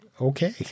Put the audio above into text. okay